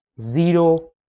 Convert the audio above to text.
zero